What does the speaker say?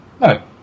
No